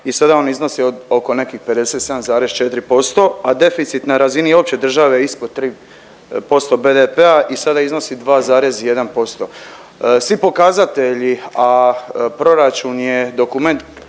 i sada on iznosi oko nekih 57,4%, a deficit na razini opće države ispod 3% BDP-a i sada iznosi 2,1%. Svi pokazatelji, a proračun je dokument